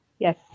Yes